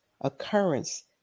occurrence